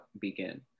begin